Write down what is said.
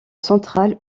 centrale